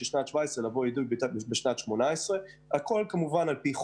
שנת 2017 יבואו לידי ביטוי בשנת 2018. הכול על פי חוק,